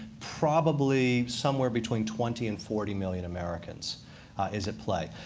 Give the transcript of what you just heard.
probably somewhere between twenty and forty million americans is at play.